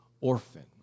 orphan